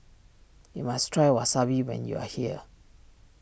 you must try Wasabi when you are here